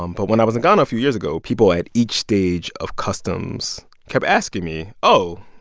um but when i was in ghana a few years ago, people at each stage of customs kept asking me, oh,